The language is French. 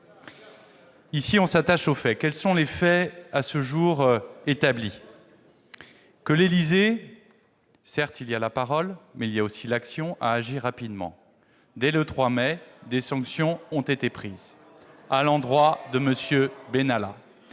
Ici, on s'attache aux faits. Quels sont les faits, à ce jour, établis ? Car, certes, il y a la parole, mais il y a aussi l'action. L'Élysée a agi rapidement : dès le 3 mai dernier, des sanctions ont été prises à l'endroit de M. Benalla.